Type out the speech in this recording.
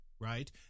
right